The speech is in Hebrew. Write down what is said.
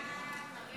ההצעה להעביר